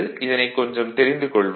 இதனைக் கொஞ்சம் தெரிந்து கொள்வோம்